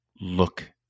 look